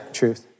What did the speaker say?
truth